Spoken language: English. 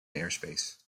airspace